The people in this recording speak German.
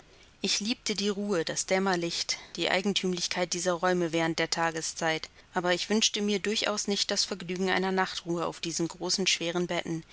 ich liebte die ruhe das dämmerlicht die eigentümlichkeit dieser räume während der tageszeit aber ich wünschte mir durchaus nicht das vergnügen einer nachtruhe auf diesen großen und schweren betten